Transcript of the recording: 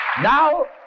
Now